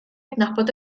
adnabod